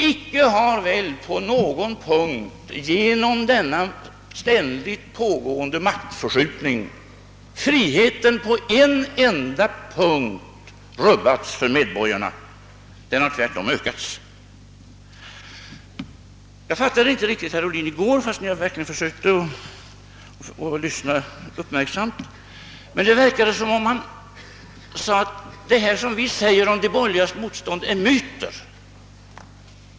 Icke har väl på någon punkt genom denna ständigt pågående maktförskjutning friheten rubbats för medborgarna — den har tvärtom ökats. Jag hade svårt att förstå herr Ohlin i går, fastän jag verkligen försökte lyssna uppmärksamt. Men det verkade som om han ansåg att det som vi säger om de borgerligas motstånd är myter.